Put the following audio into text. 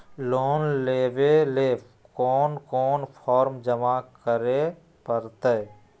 Loan लेवे ले कोन कोन फॉर्म जमा करे परते?